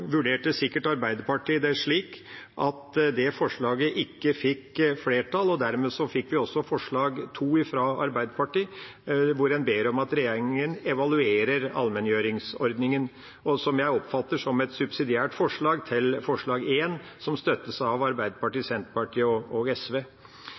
vurderte Arbeiderpartiet det sikkert slik at dette forslaget ikke ville få flertall. Dermed fikk vi også forslag nr. 2, fra Arbeiderpartiet, hvor en ber om at regjeringa evaluerer allmenngjøringsordningen, noe jeg oppfatter som et subsidiært forslag til forslag nr. 1, som støttes av Arbeiderpartiet,